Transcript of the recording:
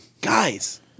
Guys